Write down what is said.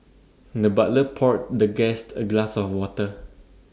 the butler poured the guest A glass of water